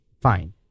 fine